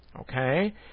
Okay